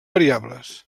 variables